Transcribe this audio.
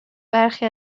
برخی